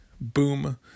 boom